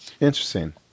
Interesting